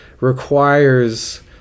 requires